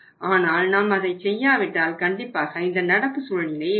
ஆனால் நாம் அதை செய்யாவிட்டால் கண்டிப்பாக இந்த நடப்பு சூழ்நிலையே இருக்கும்